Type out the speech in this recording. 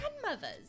grandmothers